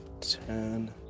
ten